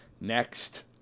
Next